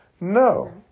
No